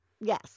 yes